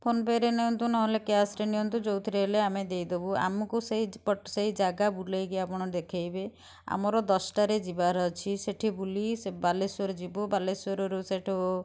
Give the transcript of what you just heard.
ଫୋନ୍ପେରେ ନିଅନ୍ତୁ ନହେଲେ କ୍ୟାସ୍ରେ ନିଅନ୍ତୁ ଯେଉଁଥିରେ ହେଲେ ଆମେ ଦେଇଦେବୁ ଆମକୁ ସେଇ ପଟ ସେଇ ଜାଗା ବୁଲେଇକି ଆପଣ ଦେଖେଇବେ ଆମର ଦଶଟାରେ ଯିବାର ଅଛି ସେଠି ବୁଲି ବାଲେଶ୍ୱର ଯିବୁ ବାଲେଶ୍ୱରରୁ ସେଠୁ